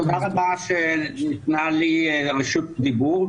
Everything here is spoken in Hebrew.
תודה רבה שניתנה לי רשות הדיבור.